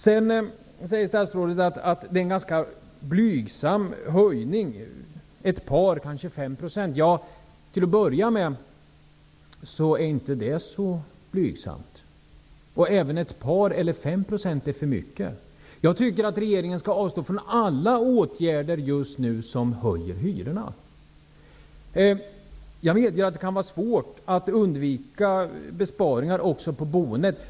Sedan säger statsrådet att det blir fråga om en ganska blygsam höjning på ett par procent, kanske 5 %. Till att börja med är inte det så blygsamt. Även ett par procent eller 5 % är för mycket. Jag tycker att regeringen just nu skall avstå från alla åtgärder som höjer hyrorna. Jag medger att det kan vara svårt att undvika besparingar också på boendet.